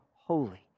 holy